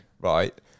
right